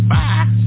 Bye